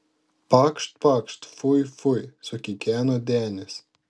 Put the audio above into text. pakšt pakšt fui fui sukikeno denis